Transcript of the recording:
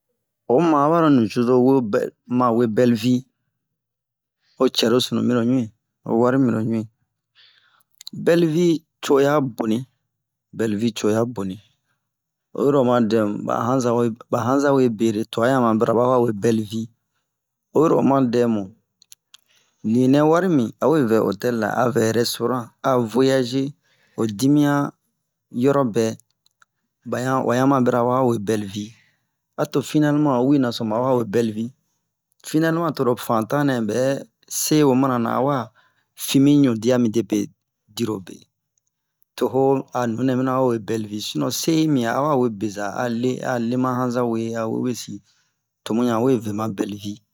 oma abaro nicozo wo bɛ wawe belle vie o cɛro sunu miro ɲui o wari mi lo, ɲui bellevie co'oya boni belle vie co'oya boni oyi oma dɛmu ba yanzawe ba yanzawe bere tua yama bara bawa we belle vie oyiro oma dɛmu ninɛ wari mi awe vɛ hotel la a vɛ restaurent a voyager ho dimiyan yorobɛ bayan wayan ma bira bawa we belle vie ato finalement wi naso mawa we belle vie finalement toro fantan nɛ bɛ se'o mana na awa fi mi ɲu dia midepe dirobe toho a nunɛ mina wawe belle vie sinon se'i mi 'a awa we beza ale alema yanzawe awobesi to muyan weve ma belle vie